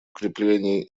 укреплении